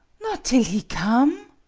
not till he come!